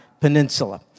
Peninsula